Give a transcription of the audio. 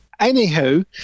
Anywho